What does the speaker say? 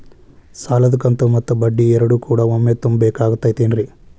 ಸಾಲದ ಕಂತು ಮತ್ತ ಬಡ್ಡಿ ಎರಡು ಕೂಡ ಒಮ್ಮೆ ತುಂಬ ಬೇಕಾಗ್ ತೈತೇನ್ರಿ?